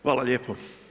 Hvala lijepo.